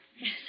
Yes